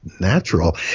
natural